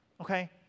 okay